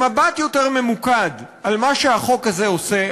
במבט יותר ממוקד על מה שהחוק הזה עושה,